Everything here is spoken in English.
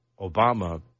Obama